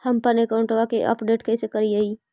हमपन अकाउंट वा के अपडेट कैसै करिअई?